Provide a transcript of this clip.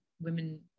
women